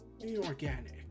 inorganic